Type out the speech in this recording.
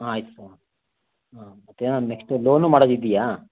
ಹಾಂ ಆಯ್ತು ಸರ್ ಹಾಂ ಮತ್ತೇನು ನೆಕ್ಷ್ಟು ಲೋನು ಮಾಡೋದಿದೆಯಾ